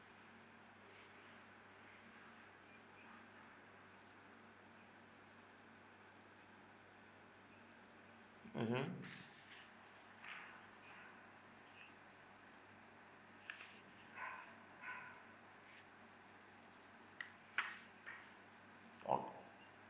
mmhmm